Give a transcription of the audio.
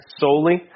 solely